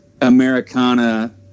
americana